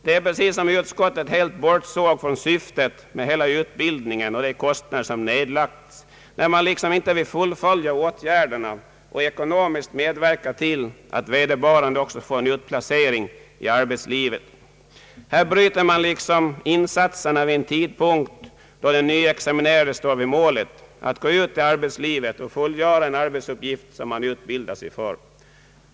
Det är precis som om utskottet helt bortsåg från syftet med he: la utbildningen och från de kostnader som nedlagts, när man liksom inte vill fullfölja åtgärderna och ekonomiskt medverka till att vederbörande också får en utplacering i arbetslivet. Här bryter man liksom insatserna vid den tidpunkt då den nyexaminerade står vid målet — att gå ut i arbetslivet och fullgöra en arbetsuppgift som han utbildat sig för.